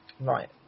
Right